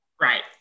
Right